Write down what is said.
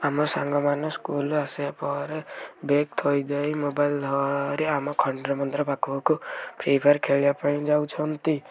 ଆମ ସାଙ୍ଗମାନେ ସ୍କୁଲ୍ ରୁ ଆସିବା ପରେ ବେଗ୍ ଥୋଇଦେଇ ମୋବାଇଲ୍ ଧରି ଆମ ଖଣ୍ଡିର ମନ୍ଦିର ପାଖକୁ ଫ୍ରିଫାୟାର୍ ଖେଳିବାପାଇଁ ଯାଉଛନ୍ତି